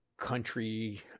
country